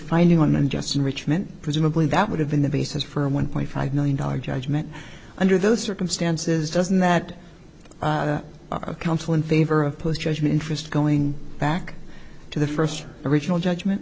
finding on unjust enrichment presumably that would have been the basis for a one point five million dollar judgment under those circumstances doesn't that counsel in favor of push judgment interest going back to the first original judgment